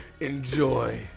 Enjoy